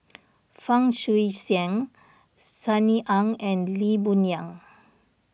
Fang Guixiang Sunny Ang and Lee Boon Yang